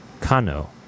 Kano